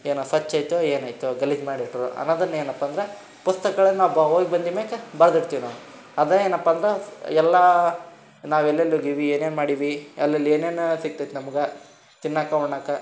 ಏನೊ ಸ್ವಚ್ಛೈತೋ ಏನೈಯ್ತೋ ಗಲೀಜು ಮಾಡಿಟ್ಟಾರೋ ಅನ್ನೋದನ್ನೇನಪ್ಪಾ ಅಂದ್ರೆ ಪುಸ್ತಕಗಳನ್ನು ನಾ ಬ ಹೋಗಿ ಬಂದ ಮ್ಯಾಕ ಬರ್ದಿರ್ತೀವ್ ನಾವು ಅದು ಏನಪ್ಪ ಅಂದ್ರೆ ಎಲ್ಲ ನಾವು ಎಲ್ಲೆಲ್ಲಿ ಇದೀವಿ ಏನೇನು ಮಾಡೀವಿ ಎಲ್ಲೆಲ್ಲಿ ಏನೇನು ಸಿಗ್ತೈತೆ ನಮ್ಗೆ ತಿನ್ನೋಕೆ ಉಣ್ಣಾಕೆ